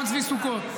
גם צבי סוכות.